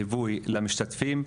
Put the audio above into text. ליווי למשתתפים.